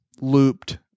looped